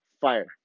fire